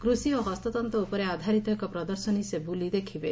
କୃଷି ଓ ହସ୍ତତ୍ତ ଉପରେ ଆଧାରିତ ଏକ ପ୍ରଦର୍ଶନୀ ସେ ବୁଲି ଦେଖିବେ